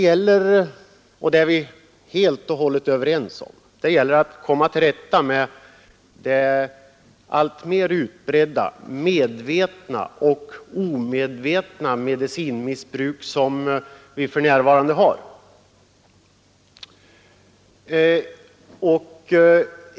Vi är helt överens om att det gäller att komma till rätta med det alltmer utbredda medicinmissbruk som för närvarande pågår.